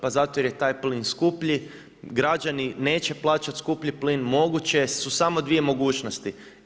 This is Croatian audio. Zato jer je taj plin skuplji, građani neće plaćati skuplji plin, moguće su samo dvije mogućnosti.